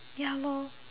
ya lor